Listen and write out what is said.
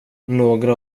några